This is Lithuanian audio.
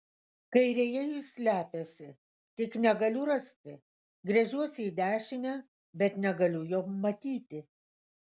kairėje jis slepiasi tik negaliu rasti gręžiuosi į dešinę bet negaliu jo matyti